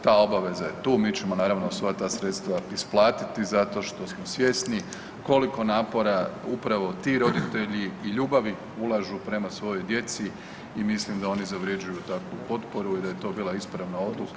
Ta obaveza je tu, mi ćemo naravno sva ta sredstva isplatiti zato što smo svjesni koliko napora upravo ti roditelji i ljubavi ulažu prema svojoj djeci i mislim da oni zavrjeđuju takvu potporu i da je to bila ispravna odluka.